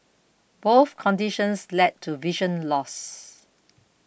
both conditions led to vision loss